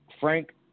Frank